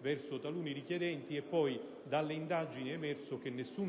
verso taluni richiedenti, ma dalle indagini è emerso che nessuno,